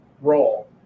role